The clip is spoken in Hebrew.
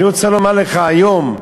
אני רוצה לומר לך: היום,